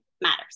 matters